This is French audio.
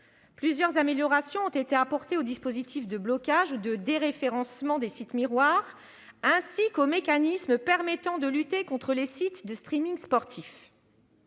Plusieurs améliorations ont été apportées au dispositif de blocage ou de déréférencement des sites miroirs, ainsi qu'aux mécanismes permettant de lutter contre les sites de sportif.